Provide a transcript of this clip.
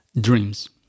Dreams